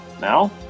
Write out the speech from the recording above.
Now